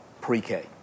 pre-K